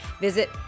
Visit